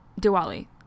diwali